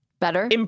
better